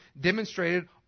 demonstrated